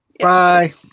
Bye